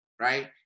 right